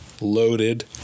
loaded